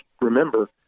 remember